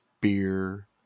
beer